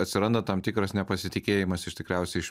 atsiranda tam tikras nepasitikėjimas jis tikriausiai iš